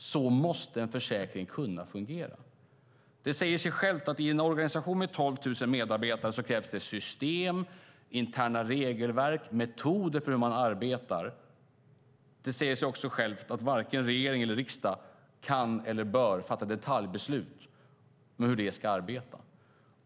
Så måste en försäkring kunna fungera. Det säger sig självt att i en organisation med 12 000 medarbetare krävs det system, interna regelverk, metoder för hur man arbetar. Det säger sig självt också att varken regering eller riksdag kan eller bör fatta detaljbeslut om hur de ska arbeta.